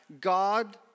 God